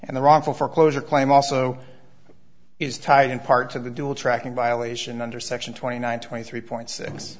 and the wrongful foreclosure claim also is tied in part to the dual tracking violation under section twenty nine twenty three point